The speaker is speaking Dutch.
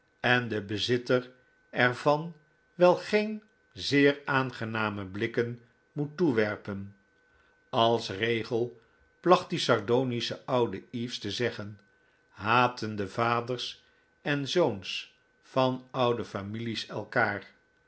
en den bezitter er van wel geen zeer aangename blikken moet toewerpen als regel placht die sardonische oude eaves te zeggen haten de vaders en zoons van oude families elkaar